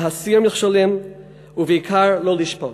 להסיר מכשולים ובעיקר לא לשפוט.